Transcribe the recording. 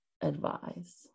advise